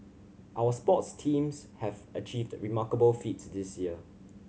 our sports teams have achieved remarkable feats this year